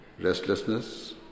restlessness